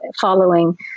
following